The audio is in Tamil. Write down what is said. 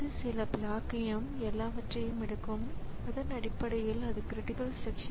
பல ப்ராஸஸ்கள் பல ஸிபியுக்களை பெற்றிருந்தால் இது மிகவும் பொதுவானது